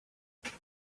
after